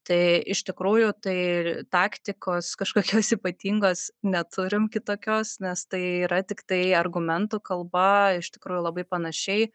tai iš tikrųjų tai taktikos kažkokios ypatingos neturim kitokios nes tai yra tiktai argumentų kalba iš tikrųjų labai panašiai